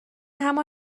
همان